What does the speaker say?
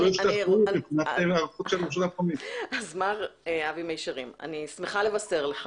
אני שמחה לבשר לך